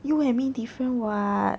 you and me different [what]